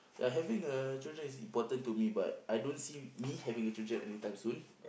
ya having a children is important to me but I don't see me having a children anytime soon